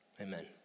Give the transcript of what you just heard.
Amen